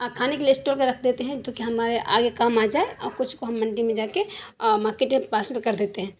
کھانے کے لیے اسٹور کر رکھ دیتے ہیں جوکہ ہمارے آگے کام آ جائے اور کچھ کو ہم منڈی میں جا کے مارکٹ میں پارسل کر دیتے ہیں